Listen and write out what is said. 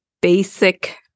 basic